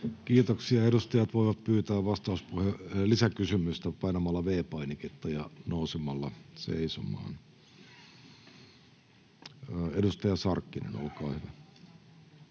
Kiitoksia. — Edustajat voivat pyytää lisäkysymyksiä painamalla V-painiketta ja nousemalla seisomaan. — Edustaja Sarkkinen, olkaa hyvä.